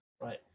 Right